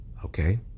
okay